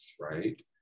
right